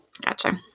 gotcha